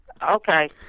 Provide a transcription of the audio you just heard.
Okay